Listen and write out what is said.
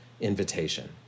invitation